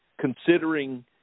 considering